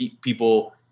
people